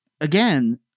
again